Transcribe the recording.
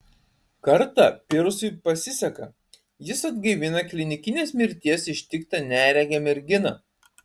kartą pyrsui pasiseka jis atgaivina klinikinės mirties ištiktą neregę merginą